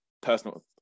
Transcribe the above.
personal